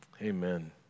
Amen